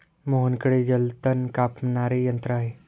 मोहनकडे जलतण कापणारे यंत्र आहे